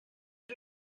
sut